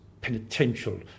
penitential